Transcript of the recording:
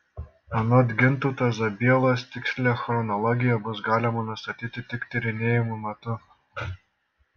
anot gintauto zabielos tikslią chronologiją bus galima nustatyti tik tyrinėjimų metu